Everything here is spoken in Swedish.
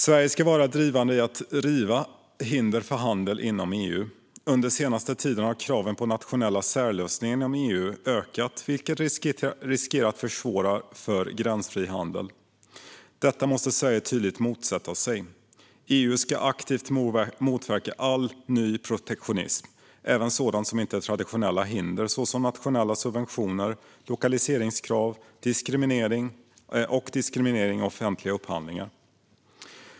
Sverige ska vara drivande i att riva hinder för handel inom EU. Under senare tid har kraven på nationella särlösningar inom EU ökat, vilket riskerar att försvåra för gränsfri handel. Detta måste Sverige tydligt motsätta sig. EU ska aktivt motverka all ny protektionism, även sådant som inte är traditionella hinder såsom nationella subventioner, lokaliseringskrav och diskriminering vid offentliga upphandlingar.